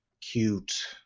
cute